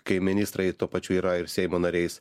kai ministrai tuo pačiu yra ir seimo nariais